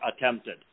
attempted